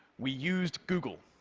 we used google.